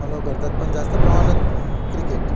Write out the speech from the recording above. follow करतात पण जास्त प्रमाणात क्रिकेट